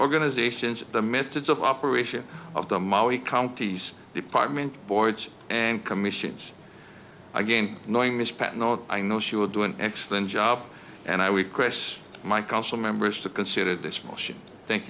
organizations the methods of operation of them are we counties department boards and commissions again knowing ms patton oh i know she will do an excellent job and i we chris my council members to consider this motion thank